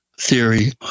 theory